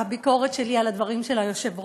שהביקורת שלי היא לא רק על הדברים של היושב-ראש,